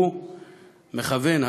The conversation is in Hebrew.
הוא מכוון,